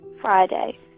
Friday